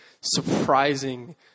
surprising